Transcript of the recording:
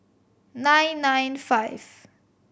nine nine five